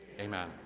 Amen